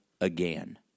again